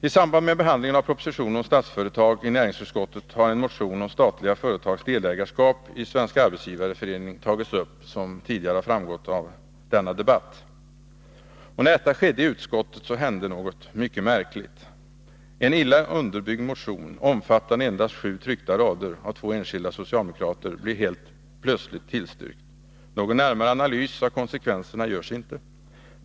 I samband med behandlingen av propositionen om Statsföretag i näringsutskottet har en motion om statliga företags delägarskap i Svenska arbetsgivareföreningen tagits upp, som tidigare har framgått av denna debatt. När den behandlas i utskottet händer något mycket märkligt. En illa underbyggd motion, omfattande endast sju tryckta rader, av två enskilda socialdemokrater, blir helt plötsligt tillstyrkt. Någon närmare analys av konsekvenserna görs inte.